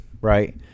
right